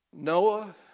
Noah